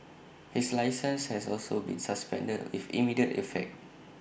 his licence has also been suspended with immediate effect